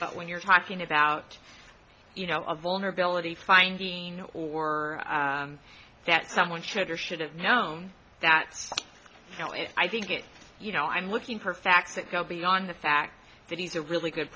but when you're talking about you know a vulnerability finding or that someone should or should have known that you know it i think it you know i'm looking for facts that go beyond the fact that he's a really good